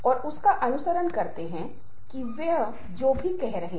लेकिन सामान्यीकरण और इसे बढ़ाकर कुछ ऐसा है जो हमें नहीं करना चाहिए